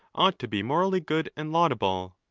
ought to be morally good and laudable.